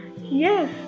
Yes